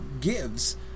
gives